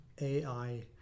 AI